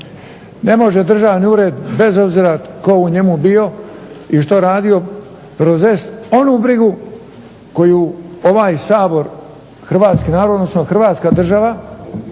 Ne može državni ured bez obzira tko u njemu bio i što radio preuzest onu brigu koju ovaj Sabor hrvatski, odnosno Hrvatska država